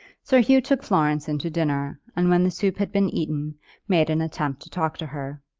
sir hugh took florence in to dinner, and when the soup had been eaten made an attempt to talk to her.